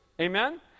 Amen